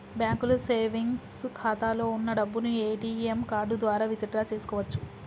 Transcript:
బ్యాంకులో సేవెంగ్స్ ఖాతాలో వున్న డబ్బును ఏటీఎం కార్డు ద్వారా విత్ డ్రా చేసుకోవచ్చు